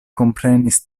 komprenis